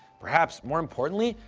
perhaps, more importantly,